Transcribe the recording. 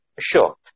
Sure